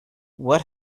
what